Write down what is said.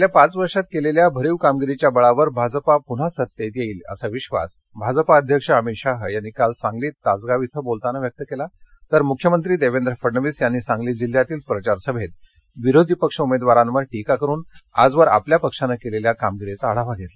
गेल्या पाच वर्षात केलेल्या भरीव कामगिरीच्या बळावर भाजपा पुन्हा सत्तेत येईल असा विधास भाजपा अध्यक्ष अमित शहा यांनी काल सांगलीत तासगाव इथं बोलताना व्यक्त केला तर मुख्यमंत्री देवेंद्र फडणवीस यांनी सांगली जिल्ह्यातील प्रचार सभेत विरोधी पक्ष उमेदवारांवर टीका करून आजवर आपल्या पक्षानं केलेल्या कामगिरीचा आढावा घेतला